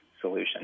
solution